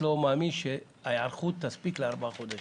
לא מאמין שההיערכות להם תספיק בארבעה חודשים.